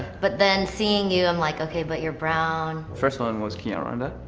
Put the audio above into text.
but then seeing you i'm like, okay but you're brown. first one was kinyarwanda.